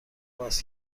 باز